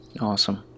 awesome